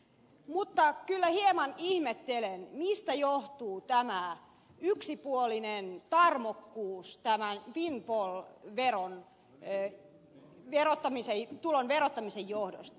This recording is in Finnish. mutta kyllä hieman ihmettelen mistä johtuu tämä yksipuolinen tarmokkuus tämä jim bol d eau de windfall tulon verottamisen johdosta